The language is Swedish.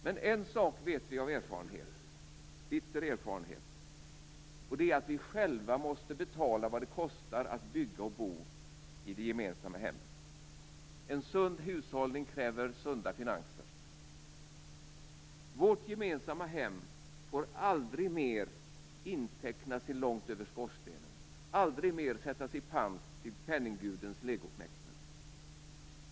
Men en sak vet vi av bitter erfarenhet, och det är att vi själva måste betala vad det kostar att bygga och bo i det gemensamma hemmet. En sund hushållning kräver sunda finanser. Vårt gemensamma hem får aldrig mer intecknas till långt över skorstenen och aldrig mer sättas i pant hos penninggudens legoknektar.